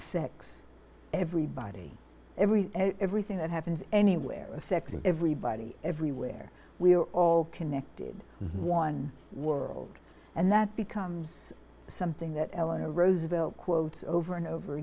effects everybody every everything that happens anywhere affects everybody everywhere we're all connected to one world and that becomes something that eleanor roosevelt quote over and over